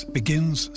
begins